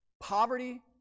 Poverty